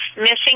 missing